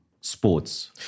sports